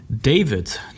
David